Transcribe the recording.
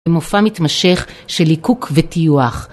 ומופע מתמשך של ליקוק וטיוח.